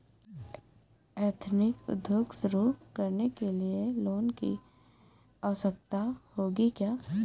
Ethnic उद्योग शुरू करने लिए लोन की आवश्यकता होगी क्या?